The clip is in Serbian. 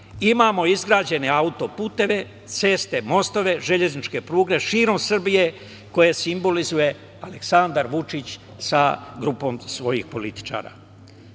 imamo izgrađene auto-puteve, ceste, mostove, železničke pruge širom Srbije koje simbolizuje Aleksandar Vučić sa grupom svojih političara. Na